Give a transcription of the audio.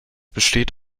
besteht